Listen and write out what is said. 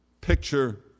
picture